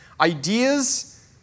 Ideas